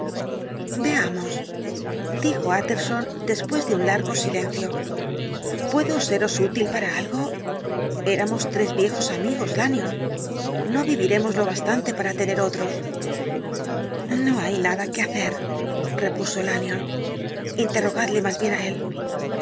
veamos dijo utterson después de un largo silencio puedo seros útil para algo éramos tres viejos amigos lanyón no viviremos lo bastante para tener otros no hay nada que hacer repuso lanyón interrogadle más bien á él